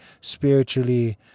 spiritually